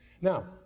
Now